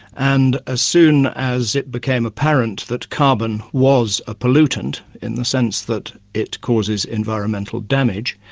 and as soon as it became apparent that carbon was a pollutant, in the sense that it causes environmental damage,